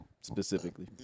specifically